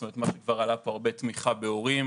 זאת אומרת כבר עלה פה הרבה תמיכה בהורים,